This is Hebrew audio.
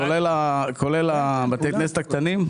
כולל בתי הכנסת הקטנים?